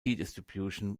distribution